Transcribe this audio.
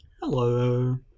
Hello